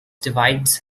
divides